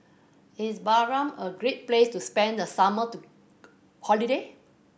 is Bahrain a great place to spend the summer to holiday